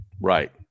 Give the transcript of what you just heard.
Right